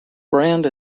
brand